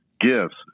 gifts